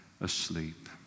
asleep